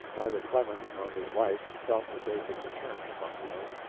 neither clemens nor his wife had felt that they could return to buffalo.